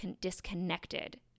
disconnected